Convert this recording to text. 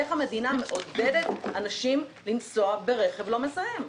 איך המדינה מעודדת אנשים לנסוע ברכב לא מזהם.